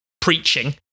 preaching